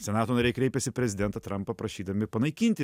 senato nariai kreipėsi į prezidentą trampą prašydami panaikinti